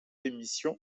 émissions